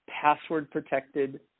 password-protected